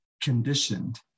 conditioned